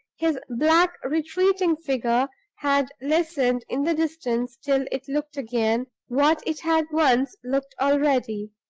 his black retreating figure had lessened in the distance till it looked again, what it had once looked already,